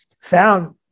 found